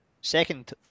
second